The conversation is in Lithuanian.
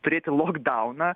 turėti lokdauną